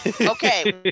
okay